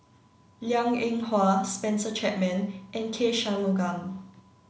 Liang Eng Hwa Spencer Chapman and K Shanmugam